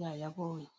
ya yabonye.